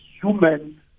human